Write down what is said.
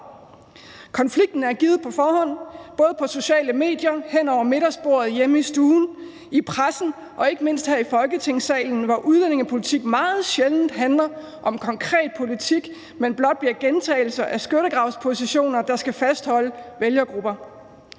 Konflikten er givet på forhånd, både på sociale medier, hen over midtersporet, hjemme i stuen, i pressen og ikke mindst her i Folketingssalen, hvor udlændingepolitik meget sjældent handler om konkret politik, men blot bliver gentagelser af skyttegravspositioner, der skal fastholde vælgergrupper.